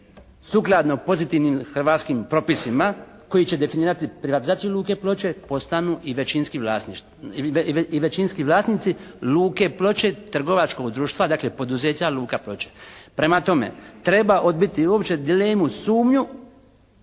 sukladno pozitivnim hrvatskim propisima koji će definirati privatizaciju luke Ploče postanu i većinski vlasnici luke Ploče, trgovačkog društva dakle poduzeća luka Ploče. Prema tome treba odbiti uopće dilemu, sumnju